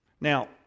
Now